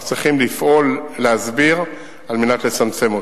אנחנו צריכים לפעול להסביר על מנת לצמצם אותו.